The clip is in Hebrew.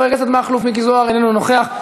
חבר הכנסת מכלוף מיקי זוהר, אינו נוכח.